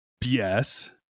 BS